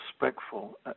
respectful